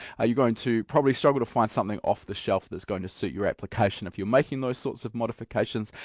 ah you're going to probably struggle to find something off the shelf that's going to suit your application if you're making those sorts of modifications.